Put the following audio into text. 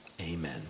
Amen